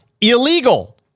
illegal